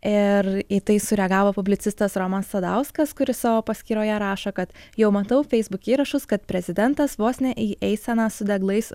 ir į tai sureagavo publicistas romas sadauskas kuris savo paskyroje rašo kad jau matau facebook įrašus kad prezidentas vos ne į eiseną su deglais